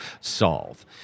solve